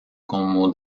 como